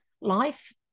life